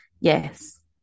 yes